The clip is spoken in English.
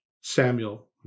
Samuel